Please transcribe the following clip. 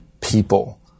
people